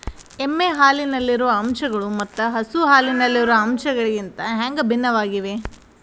ಎಮ್ಮೆ ಹಾಲಿನಲ್ಲಿರುವ ಅಂಶಗಳು ಮತ್ತ ಹಸು ಹಾಲಿನಲ್ಲಿರುವ ಅಂಶಗಳಿಗಿಂತ ಹ್ಯಾಂಗ ಭಿನ್ನವಾಗಿವೆ?